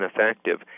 ineffective